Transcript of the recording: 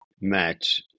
match